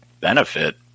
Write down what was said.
benefit